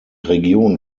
region